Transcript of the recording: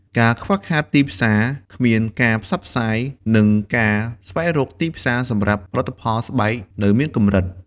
ការខ្វះខាតទីផ្សារ គ្មានការផ្សព្វផ្សាយ និងការស្វែងរកទីផ្សារសម្រាប់ផលិតផលស្បែកនៅមានកម្រិត។